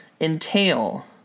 entail